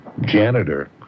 janitor